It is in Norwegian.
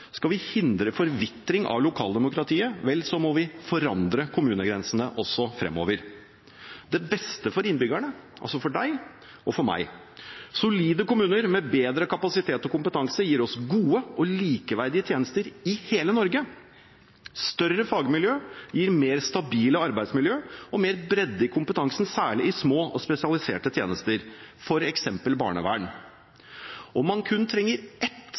skal vi hindre forvitring av lokaldemokratiet, må vi forandre kommunegrensene også framover – til det beste for innbyggerne, altså for deg og for meg. Solide kommuner med bedre kapasitet og kompetanse gir oss gode og likeverdige tjenester i hele Norge. Større fagmiljø gir mer stabile arbeidsmiljø og mer bredde i kompetansen, særlig i små og spesialiserte tjenester, f.eks. barnevern. Om man kun trenger ett